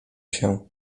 się